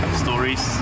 stories